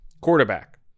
Quarterback